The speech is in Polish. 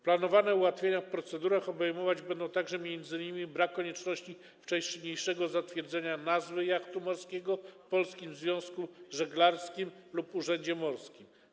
Planowane ułatwienia w procedurach obejmować będą m.in. brak konieczności wcześniejszego zatwierdzenia nazwy jachtu morskiego w Polskim Związku Żeglarskim lub urzędzie morskim.